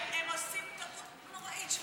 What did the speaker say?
הם עושים טעות נוראית.